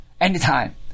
anytime